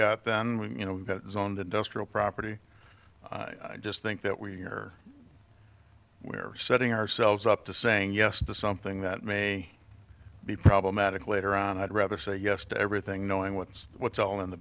got then we you know it's on the dust real property i just think that we are where setting ourselves up to saying yes to something that may be problematic later on and i'd rather say yes to everything knowing what's what's all in the